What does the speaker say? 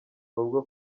bavuga